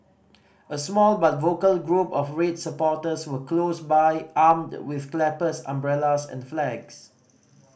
a small but vocal group of red supporters were close by armed with clappers umbrellas and flags